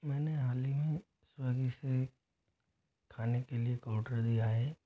मैंने हाल ही में स्वेगी से खाने के लिए एक ऑर्डर दिया है